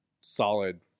solid